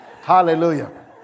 Hallelujah